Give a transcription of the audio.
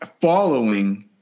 following